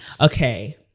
Okay